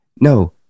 No